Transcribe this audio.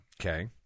Okay